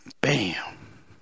BAM